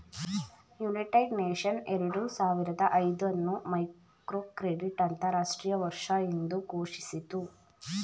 United Nations ಎರಡು ಸಾವಿರದ ಐದು ಅನ್ನು ಮೈಕ್ರೋಕ್ರೆಡಿಟ್ ಅಂತರಾಷ್ಟ್ರೀಯ ವರ್ಷ ಎಂದು ಘೋಷಿಸಿತು